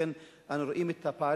ולכן אנו רואים את הפערים.